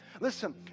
Listen